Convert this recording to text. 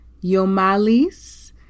Yomalis